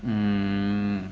mm